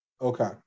Okay